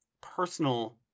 personal